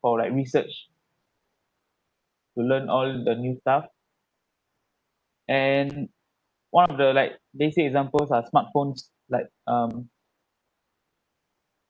or like research to learn all the new stuff and one of the like basic examples are smartphones like um